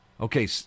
Okay